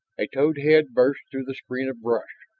a toad-head burst through the screen of brush,